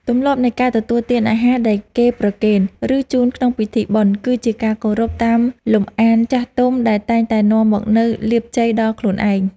ទម្លាប់នៃការទទួលទានអាហារដែលគេប្រគេន ឬជូនក្នុងពិធីបុណ្យ គឺជាការគោរពតាមលំអានចាស់ទុំដែលតែងតែនាំមកនូវលាភជ័យដល់ខ្លួនឯង។